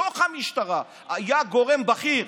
בתוך המשטרה היה גורם בכיר